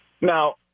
Now